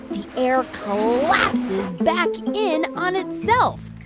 the air collapses back in on itself,